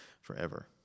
forever